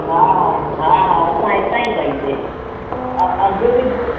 हा हा हा हा असां हितां ई कईसीं अ अघि बि पु